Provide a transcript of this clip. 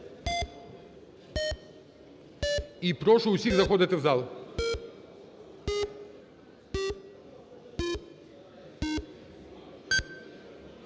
І прошу всіх заходити в зал.